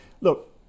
Look